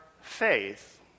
faith